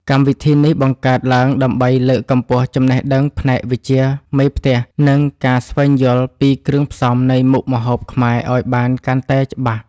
កម្មវិធីនេះបង្កើតឡើងដើម្បីលើកកម្ពស់ចំណេះដឹងផ្នែកវិជ្ជាមេផ្ទះ និងការស្វែងយល់ពីគ្រឿងផ្សំនៃមុខម្ហូបខ្មែរឱ្យបានកាន់តែច្បាស់។